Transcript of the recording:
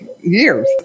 years